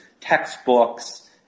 textbooks